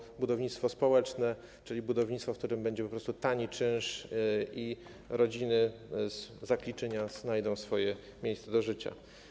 Chodzi o budownictwo społeczne, czyli budownictwo, w którym będzie po prostu tani czynsz i rodziny z Zakliczyna znajdą swoje miejsce do życia.